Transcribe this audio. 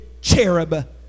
cherub